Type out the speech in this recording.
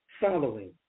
following